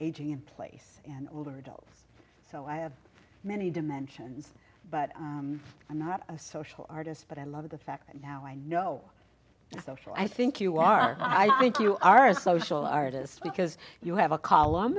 aging in place and older adults so i have many dimensions but i'm not a social artist but i love the fact that now i know social i think you are i think you are a social artist because you have a column